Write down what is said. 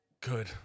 Good